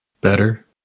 Better